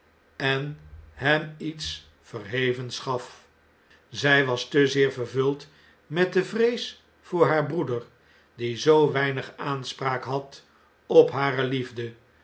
en hem iets verhevens gaf zg was te zeer vervuld met de vrees voor haar broeder die zoo weinisr aanspraak had op hare liefde